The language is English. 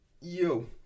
yo